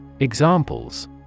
Examples